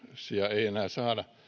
ei enää saada